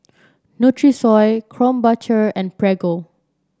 Nutrisoy Krombacher and Prego